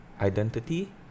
identity